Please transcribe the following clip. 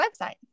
website